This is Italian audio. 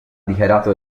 dichiarato